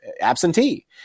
absentee